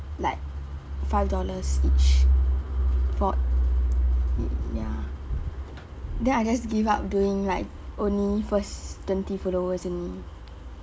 like five dollars each for ya then I just give up doing like only first twenty followers only